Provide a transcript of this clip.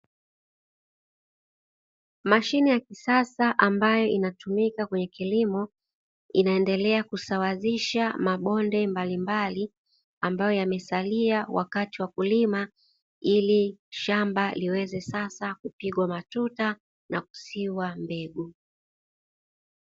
Mashine ya kisasa ambayo inatumika kwenye kilimo, inaendelea kusawazisha mabonde mbalimbali ambayo yamesalia wakati wa kulima ili shamba liweze sasa kupigwa matuta na kusiwa mbegu.